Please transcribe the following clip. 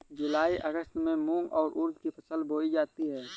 जूलाई अगस्त में मूंग और उर्द की फसल बोई जाती है